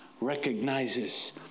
recognizes